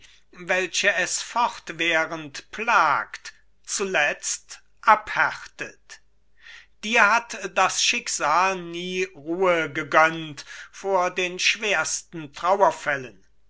welche es fortwährend plagt zuletzt abhärtet dir hat das schicksal nie ruhe gegönnt vor den schwersten trauerfällen